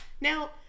Now